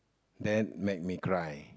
that made me cry